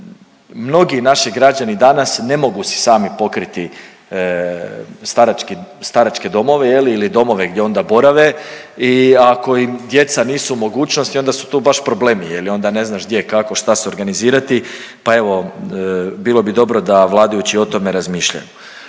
mnogi naši građani danas ne mogu si sami pokriti starački, staračke domove, je li ili domove gdje onda borave i ako im djeca nisu u mogućnosti, onda su tu baš problemi jer onda ne znaš gdje, kako, šta se organizirati pa evo, bilo bi dobro da vladajući o tome razmišljaju.